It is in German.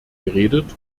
geredet